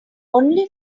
only